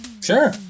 Sure